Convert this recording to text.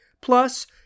Plus